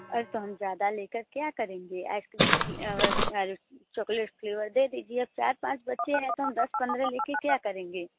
अरे तो हम ज़्यादा ले कर क्या करेंगे आइसक्रीम चॉकलेट फ्लेवर दे दीजिए चार पाँच बच्चे हैं तो हम दस पंद्रह ले के क्या करेंगे